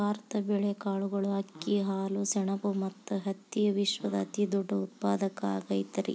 ಭಾರತ ಬೇಳೆ, ಕಾಳುಗಳು, ಅಕ್ಕಿ, ಹಾಲು, ಸೆಣಬ ಮತ್ತ ಹತ್ತಿಯ ವಿಶ್ವದ ಅತಿದೊಡ್ಡ ಉತ್ಪಾದಕ ಆಗೈತರಿ